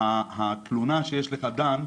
התלונה שיש לך דן,